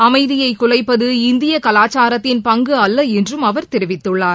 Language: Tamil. அமைதியை குலைப்பது இந்திய கலாச்சாரத்தின் பங்கு அல்ல என்றும் அவர் தெரிவித்துள்ளார்